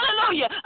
hallelujah